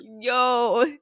yo